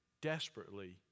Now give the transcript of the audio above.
desperately